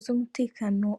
z’umutekano